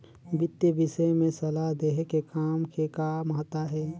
वितीय विषय में सलाह देहे के काम के का महत्ता हे?